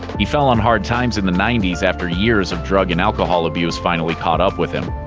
he fell on hard times in the ninety s after years of drug and alcohol abuse finally caught up with him.